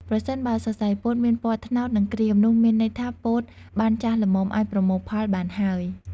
ប្រសិនបើសរសៃពោតមានពណ៌ ត្នោត និងក្រៀម នោះមានន័យថាពោតបានចាស់ល្មមអាចប្រមូលផលបានហើយ។